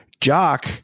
jock